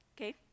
okay